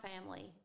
family